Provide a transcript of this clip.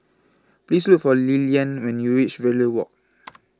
Please Look For Lilyan when YOU REACH Verde Walk